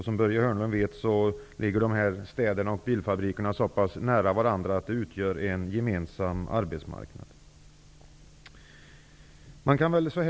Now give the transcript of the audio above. Som Börje Hörnlund vet ligger dessa städer och bilfabriker så nära varandra att de utgör en gemensam arbetsmarknad.